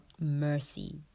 mercy